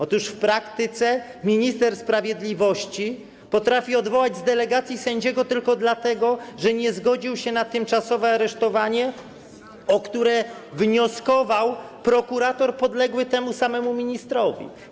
Otóż w praktyce minister sprawiedliwości potrafi odwołać z delegacji sędziego tylko dlatego, że nie zgodził się na tymczasowe aresztowanie, o które wnioskował prokurator podległy temu samemu ministrowi.